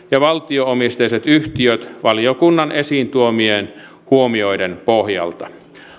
ja valtio omisteiset yhtiöt valiokunnan esiin tuomien huomioiden pohjalta